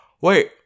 Wait